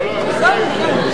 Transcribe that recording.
כן, הסרנו.